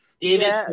David